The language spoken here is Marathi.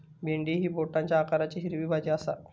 भेंडी ही बोटाच्या आकाराची हिरवी भाजी आसा